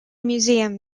museum